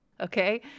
Okay